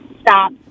stop